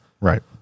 Right